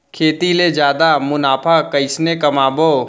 खेती ले जादा मुनाफा कइसने कमाबो?